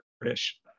British